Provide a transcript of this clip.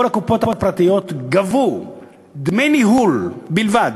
כל הקופות הפרטיות גבו דמי ניהול בלבד,